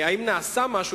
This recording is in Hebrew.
האם נעשה משהו?